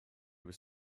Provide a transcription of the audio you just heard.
was